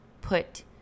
put